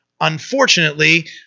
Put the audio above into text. Unfortunately